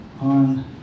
on